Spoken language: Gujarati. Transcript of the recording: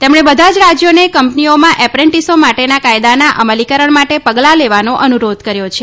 તેમણે બધા જ રાજ્યોને કંપનીઓમાં એપ્રેન્ટીસો માટેના કાયદાના અમલીકરણ માટે પગલાં લેવાનો અનુરોધ કર્યો છે